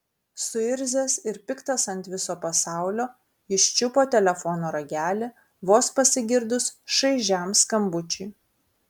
suirzęs ir piktas ant viso pasaulio jis čiupo telefono ragelį vos pasigirdus šaižiam skambučiui